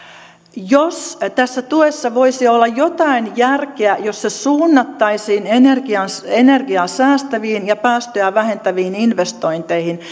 jos tässä tuessa voisi olla jotain järkeä jos se suunnattaisiin energiaa energiaa säästäviin ja päästöjä vähentäviin investointeihin